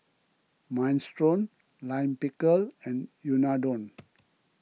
Minestrone Lime Pickle and Unadon